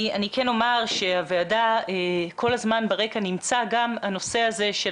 אני כן אומר שבוועדה כל הזמן ברקע נמצא גם הנושא הזה של